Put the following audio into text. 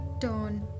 turn